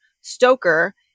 Stoker